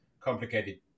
complicated